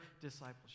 discipleship